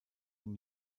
ihm